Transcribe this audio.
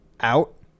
out